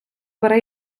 бере